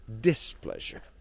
displeasure